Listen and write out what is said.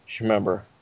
Remember